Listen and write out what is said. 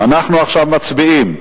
אנחנו עכשיו מצביעים,